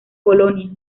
polonia